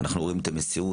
אנחנו רואים את המסירות,